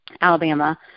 Alabama